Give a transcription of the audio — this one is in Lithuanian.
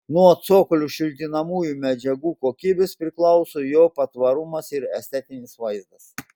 nuo cokolio šiltinamųjų medžiagų kokybės priklauso jo patvarumas ir estetinis vaizdas